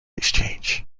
exchange